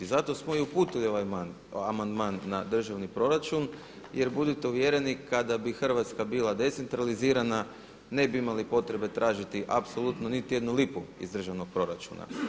Zato smo i uputili ovaj amandman na državni proračun jer budite uvjereni kada bi Hrvatska bila decentralizirana ne bi imali potrebe tražiti apsolutno niti jednu lipu iz državnog proračuna.